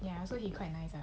ya so he quite nice lah